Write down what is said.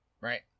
Right